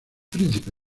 príncipe